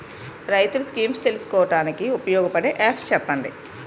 రైతులు స్కీమ్స్ తెలుసుకోవడానికి ఉపయోగపడే యాప్స్ చెప్పండి?